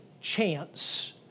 chance